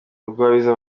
rugwabiza